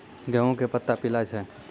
गेहूँ के पत्ता पीला छै?